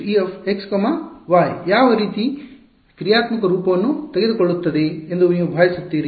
ಈಗ ಈ N 1ex y ಯಾವ ರೀತಿಯ ಕ್ರಿಯಾತ್ಮಕ ರೂಪವನ್ನು ತೆಗೆದುಕೊಳ್ಳುತ್ತದೆ ಎಂದು ನೀವು ಭಾವಿಸುತ್ತೀರಿ